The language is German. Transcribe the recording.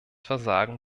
versagen